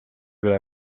üle